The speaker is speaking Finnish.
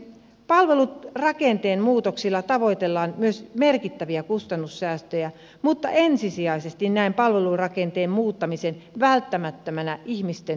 palvelurakenteen muutoksilla tavoitellaan myös merkittäviä kustannussäästöjä mutta ensisijaisesti näen palvelurakenteen muuttamisen välttämättömänä ihmisten hyvinvoinnin kannalta